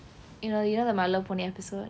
you know you know the my little pony episode